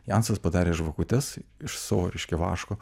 jansas padarė žvakutes iš savo reiškia vaško